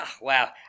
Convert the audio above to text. Wow